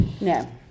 No